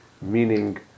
meaning